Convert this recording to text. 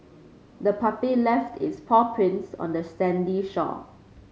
the puppy left its paw prints on the sandy shore